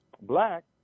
black